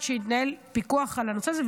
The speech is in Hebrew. שיתנהל פיקוח על הנושא הזה,